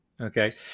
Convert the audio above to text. Okay